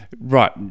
Right